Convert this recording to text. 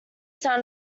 sound